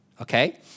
okay